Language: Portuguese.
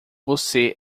você